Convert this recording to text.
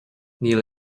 níl